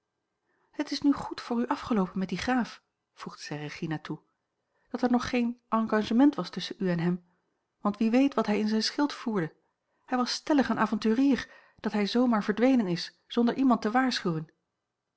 het is nu goed voor u afgeloopen met dien graaf voegde zij regina toe dat er nog geen engagement was tusschen u en hem want wie weet wat hij in zijn schild voerde hij was stellig een avonturier dat hij zoo maar verdwenen is zonder iemand te waarschuwen